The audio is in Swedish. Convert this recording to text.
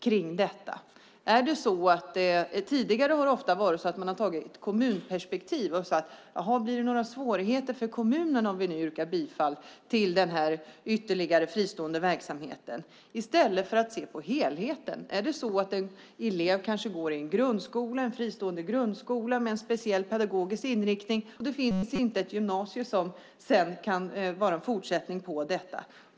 Tidigare har man ofta sett det ur ett kommunperspektiv och i stället för att se till helheten har man tittat på om det blir några svårigheter för kommunen om man yrkar bifall till en ytterligare fristående verksamhet. Det kan vara så att en elev går i en fristående grundskola med en speciell pedagogisk inriktning och det inte finns ett gymnasium som kan vara en fortsättning.